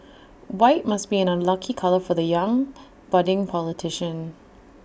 white must be an unlucky colour for the young budding politician